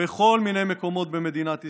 בכל מיני מקומות במדינת ישראל.